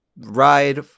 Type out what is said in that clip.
ride